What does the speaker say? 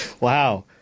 Wow